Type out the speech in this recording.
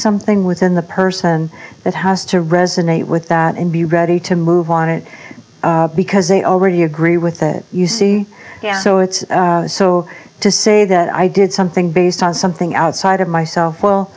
something within the person that how has to resonate with that and be ready to move on it because they already agree with that you see so it's so to say that i did something based on something outside of myself